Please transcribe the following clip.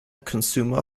consumer